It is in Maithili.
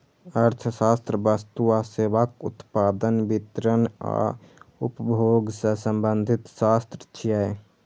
अर्थशास्त्र वस्तु आ सेवाक उत्पादन, वितरण आ उपभोग सं संबंधित शास्त्र छियै